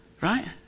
Right